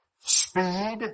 speed